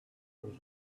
was